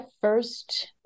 first